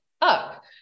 up